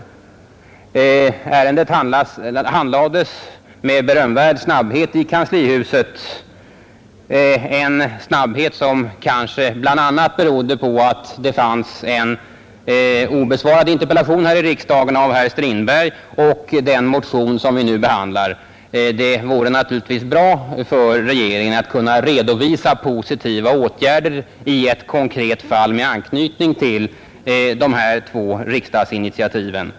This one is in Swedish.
Ärendet handlades med berömvärd snabbhet i kanslihuset, en snabbhet som kanske bl.a. berodde på att det här i riksdagen fanns en obesvarad interpellation av herr Strindberg och den motion som vi nu behandlar. Det var naturligtvis bra för regeringen att kunna redovisa positiva åtgärder i ett konkret fall med anknytning till dessa två riksdagsinitiativ.